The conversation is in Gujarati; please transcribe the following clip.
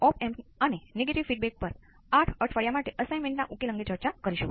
સિંગલ કેપેસિટર તરીકે ચિહ્નિત કર્યા છે